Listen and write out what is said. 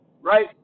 right